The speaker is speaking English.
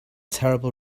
terrible